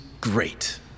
great